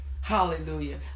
Hallelujah